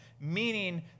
meaning